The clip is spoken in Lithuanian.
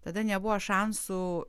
tada nebuvo šansų